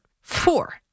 four